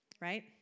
right